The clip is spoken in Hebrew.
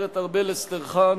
הגברת ארבל אסטרחן,